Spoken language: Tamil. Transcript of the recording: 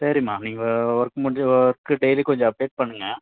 சரிம்மா நீங்கள் ஒர்க் முடிஞ்சு ஒர்க்கு டெய்லி கொஞ்சம் அப்டேட் பண்ணுங்கள்